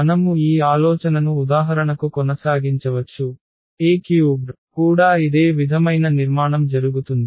మనము ఈ ఆలోచనను ఉదాహరణకు కొనసాగించవచ్చు A3 కూడా ఇదే విధమైన నిర్మాణం జరుగుతుంది